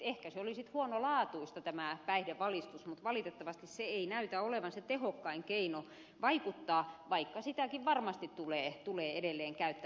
ehkä oli sitten huonolaatuista tämä päihdevalistus mutta valitettavasti se ei näytä olevan se tehokkain keino vaikuttaa vaikka sitäkin varmasti tulee edelleen käyttää